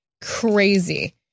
Crazy